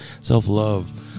self-love